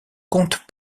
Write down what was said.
compte